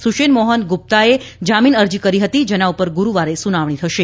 સુશેન મોહન ગુપ્તાએ જામીનની અરજી કરતી હતી જેના પર ગુરૂવારે સુનાવણી થશે